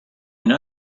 know